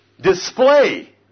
display